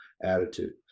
attitude